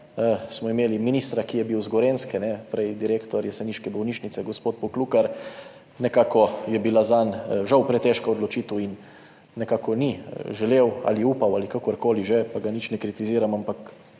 smo imeli ministra, ki je bil iz Gorenjske, prej direktor jeseniške bolnišnice, gospod Poklukar, nekako je bila zanj žal pretežka odločitev in nekako ni želel ali upal ali kakorkoli že, pa ga nič ne kritiziram, ampak